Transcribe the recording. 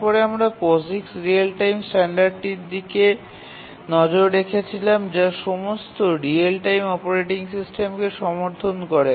তারপরে আমরা POSIX real time স্ট্যান্ডার্ডটির দিকে নজর রেখেছিলাম যা সমস্ত রিয়েল টাইম অপারেটিং সিস্টেমকে সমর্থন করে